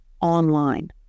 online